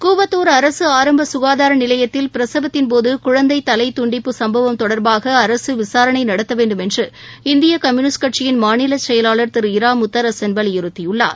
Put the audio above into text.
கூவத்தூர் அரசு ஆரம்ப சுகாதாரநிலையத்தில் பிரசவத்தின்போது குழந்தை தலை துண்டிப்பு சம்பவம் தொடர்பாக அரசு விசாரணை நடத்தவேண்டும் என்று இந்திய கம்யூனிஸ்ட் கட்சியின் மாநிலச்செயலாளர் திரு இரா முத்தரசன் வலியுறுத்தியுள்ளார்